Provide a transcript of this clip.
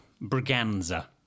Braganza